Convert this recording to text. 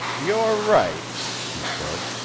you're right, she said.